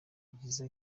byiza